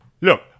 Look